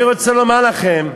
אני רוצה לומר לכם: